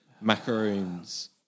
Macaroons